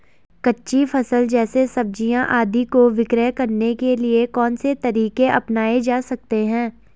कच्ची फसल जैसे सब्जियाँ आदि को विक्रय करने के लिये कौन से तरीके अपनायें जा सकते हैं?